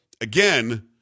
again